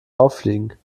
auffliegen